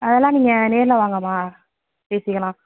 அதெல்லாம் நீங்கள் நேரில் வாங்கம்மா பேசிக்கலாம்